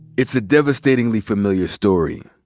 it's a devastatingly familiar story.